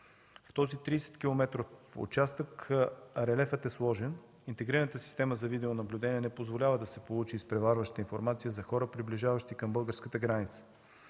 В този 30-километров участък релефът е сложен. Интегрираната система за видеонаблюдение не позволява да се получи изпреварваща информация за хора, приближаващи към българската граница.